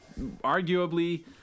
arguably